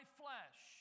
flesh